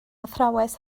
athrawes